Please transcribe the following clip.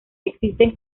existe